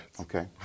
Okay